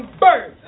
bird